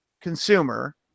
consumer